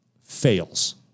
fails